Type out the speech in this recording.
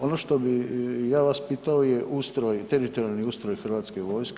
Ono što bi ja vas pitao je ustroj, teritorijalni ustroj Hrvatske vojske.